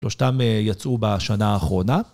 שלושתם יצאו בשנה האחרונה.